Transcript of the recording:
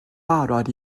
barod